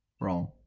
Wrong